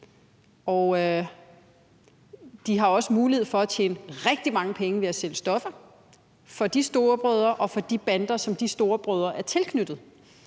og de har også en mulighed for at tjene rigtig mange penge ved at sælge stoffer for de storebrødre og for de bander, som de storebrødre er tilknyttet,